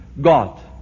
God